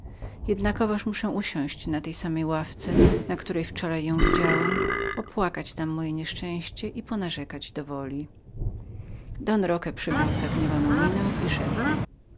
jednakowoż muszę usiąść na tej samej ławce na której wczora ją widziałem opłakiwać tam moje nieszczęście i narzekać do woli don roque przybrał zagniewaną postać i rzekł